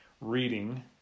reading